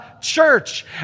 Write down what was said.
church